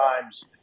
times